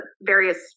various